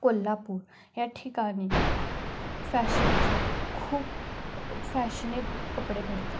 कोल्हापूर या ठिकाणी फॅशनचे खूप फॅशनेबल कपडे भेटतात